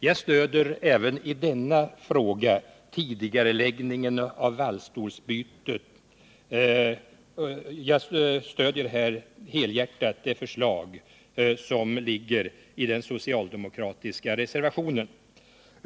Jag stöder även i fråga om tidigareläggningen av valsstolsbytet helhjärtat det förslag som framförs i en socialdemokratisk reservation.